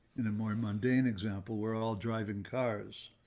in a more mundane example, we're all driving cars,